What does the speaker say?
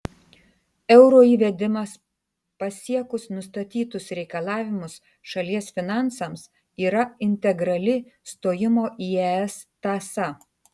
euro įvedimas pasiekus nustatytus reikalavimus šalies finansams yra integrali stojimo į es tąsa